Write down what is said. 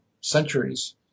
centuries